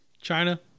China